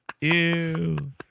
Ew